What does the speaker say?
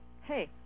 hey